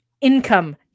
Income